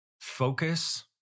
Focus